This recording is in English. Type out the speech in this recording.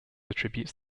attributes